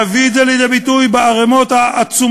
להביא את זה לידי ביטוי בערימות העצומות